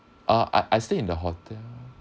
ah I I stay in the hotel